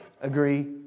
Agree